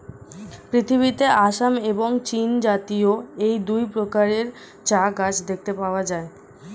পৃথিবীতে আসাম এবং চীনজাতীয় এই দুই প্রকারের চা গাছ দেখতে পাওয়া যায়